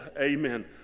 amen